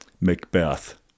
Macbeth